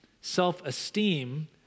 self-esteem